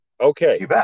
Okay